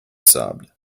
sobbed